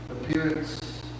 appearance